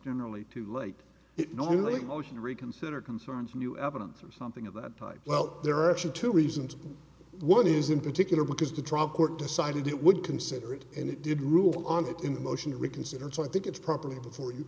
generally too late it normally a motion to reconsider concerns new evidence or something of that type well there are actually two reasons one is in particular because the trial court decided it would consider it and it did rule on it in the motion to reconsider so i think it's properly before you